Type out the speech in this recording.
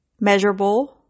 measurable